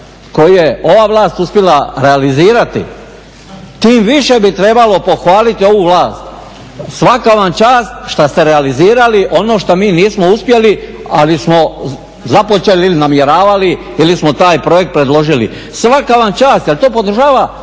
koji je ova vlast uspjela realizirati. Tim više bi trebalo pohvaliti ovu vlast, svaka vam čast šta ste realizirali ono šta mi nismo uspjeli ali smo započeli ili namjeravali ili samo taj projekt predložili. Svaka vam čast jer to podržava